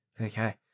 Okay